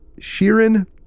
Sheeran